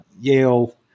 Yale